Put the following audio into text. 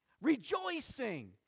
rejoicing